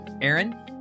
Aaron